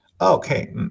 okay